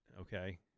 okay